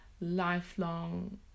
lifelong